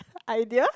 idea